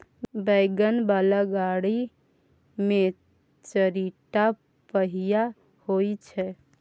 wagon बला गाड़ी मे चारिटा पहिया होइ छै